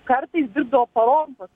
kartais dirbdavo parom